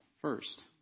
first